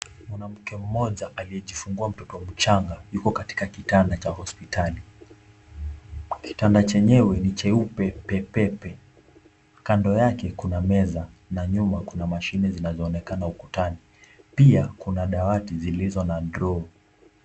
Mwanamke mmoja aliyejifunguwa mtoto mchanga yuko katika kitanda cha hospitali, kitanda chenyewe ni cheupe pepepe, kando yake kuna meza na nyuma kuna mashine zinazoonekana ukutani pia kuna dawati zilizo na droo.